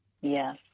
Yes